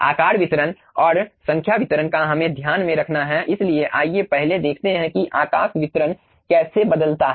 आकार वितरण और संख्या वितरण का हमें ध्यान में रखना है इसलिए आइए पहले देखते हैं कि आकाश वितरण कैसे बदलता है